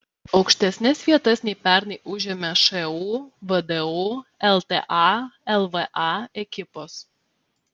aukštesnes vietas nei pernai užėmė šu vdu lta lva ekipos